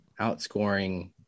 outscoring